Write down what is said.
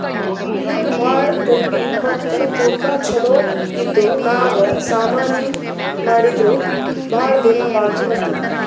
ಬಿದಿರ್ ಭಾಳ್ ಗಟ್ಟಿ ಮತ್ತ್ ತೂಕಾ ಛಲೋ ಇದ್ದು ನಾವ್ ಸಾಮಾನಿ ಮಾಡಿದ್ರು ಭಾಳ್ ದಿನಾ ಬಾಳ್ಕಿ ಬರ್ತದ್